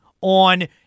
on